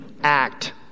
act